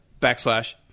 backslash